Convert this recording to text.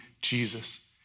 Jesus